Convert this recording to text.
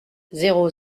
zéro